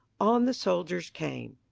on the soldiers came.